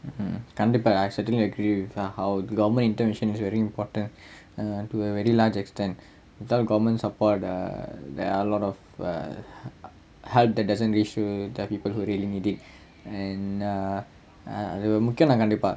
mm கண்டிப்பா:kandippaa I certainly agree with her how government intervention is very important to a very large extent without government support err there are a lot of uh help that doesn't really reach people who really need it and err err அது முக்கியம் தான் கண்டிப்பா:athu mukkiyam thaan kandippaa